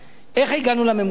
איך הגענו לממוצע?